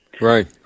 Right